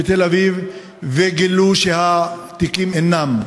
בתל-אביב וגילו שהתיקים אינם.